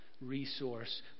resource